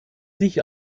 sich